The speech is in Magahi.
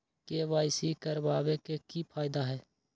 के.वाई.सी करवाबे के कि फायदा है?